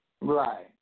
Right